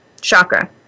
chakra